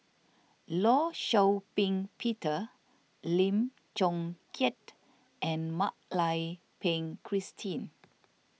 Law Shau Ping Peter Lim Chong Keat and Mak Lai Peng Christine